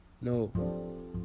No